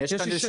זה לא